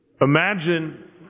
Imagine